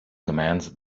commands